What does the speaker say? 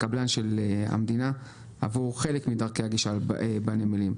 של המדינה עבור חלק מדרכי הגישה בנמלים,